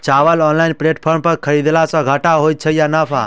चावल online platform पर खरीदलासे घाटा होइ छै या नफा?